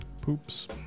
Poops